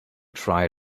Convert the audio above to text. try